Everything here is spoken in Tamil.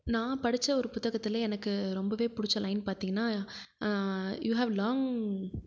நான் படித்த ஒரு புத்தகத்தில் எனக்கு ரொம்ப பிடிச்ச லைன் பார்த்திங்கன்னா யூ ஹேவ் லாங்